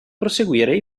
proseguire